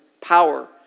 power